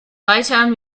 bytown